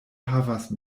havas